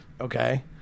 okay